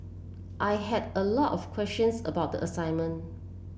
I had a lot of questions about the assignment